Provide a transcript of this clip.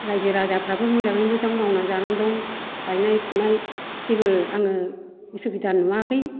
रायजो राजाफ्राबो मोजाङै मोजां मावना जानानै दं गायनाय फुनाय जेबो आङो उसुबिदा नुवाखै